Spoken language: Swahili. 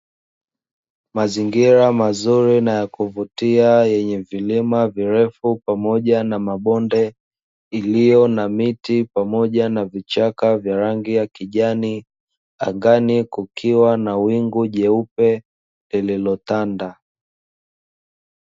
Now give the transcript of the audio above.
Mazingira mazuri na ya kuvutia yenye vilima virefu pamoja na mabonde, iliyo na miti pamoja na vichaka vya rangi ya kijani, angani kukiwa na wingu jeupe lililotanda.